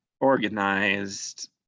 organized